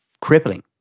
crippling